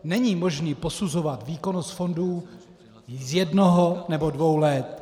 Není možné posuzovat výkonnost fondů z jednoho nebo dvou let.